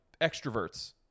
extroverts